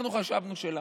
אנחנו חשבנו שלמדנו,